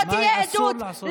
מאי, אסור לעשות את זה.